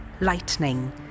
Lightning